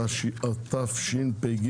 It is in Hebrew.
התשפ"ג